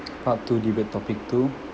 part two debate topic two